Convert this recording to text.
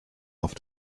auf